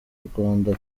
rwanda